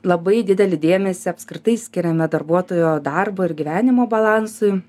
labai didelį dėmesį apskritai skiriame darbuotojo darbo ir gyvenimo balansui